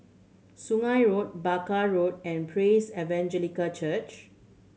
Sungei Road Barker Road and Praise Evangelical Church